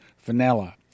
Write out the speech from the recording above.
vanilla